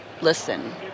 listen